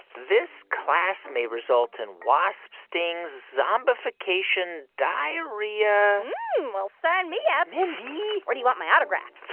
this class may result in wasp stings, zombification, diarrhea well, sign me up mindy. where do you want my autograph?